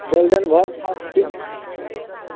golden भऽ जाएत कि